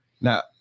Now